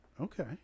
Okay